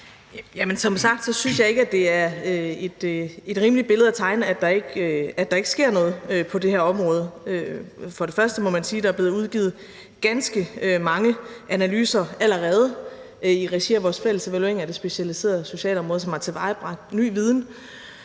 som sagt så synes jeg ikke, at det er et rimeligt billede at tegne, at der ikke sker noget på det her område. Først og fremmest må man sige, at der er blevet udgivet ganske mange analyser allerede i regi af vores fælles evaluering af det specialiserede socialområde, og som har tilvejebragt ny viden,